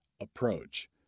approach